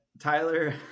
Tyler